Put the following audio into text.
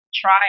try